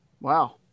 Wow